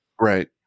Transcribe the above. Right